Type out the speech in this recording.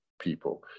people